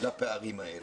לפערים האלה.